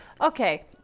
okay